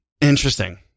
Interesting